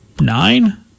nine